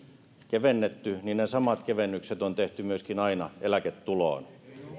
kevennetty niin ne samat kevennykset on tehty aina myöskin eläketuloon